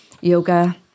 yoga